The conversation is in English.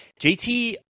JT